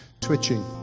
twitching